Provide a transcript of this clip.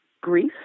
grief